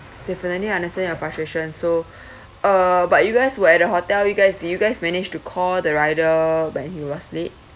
definitely understand your frustration so uh but you guys where at the hotel you guys do you guys manage to call the rider but he was late